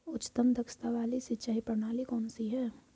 उच्चतम दक्षता वाली सिंचाई प्रणाली कौन सी है?